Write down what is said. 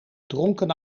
dronken